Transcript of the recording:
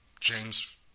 James